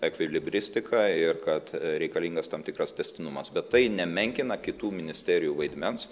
ekvilibristika ir kad reikalingas tam tikras tęstinumas bet tai nemenkina kitų ministerijų vaidmens